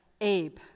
Abe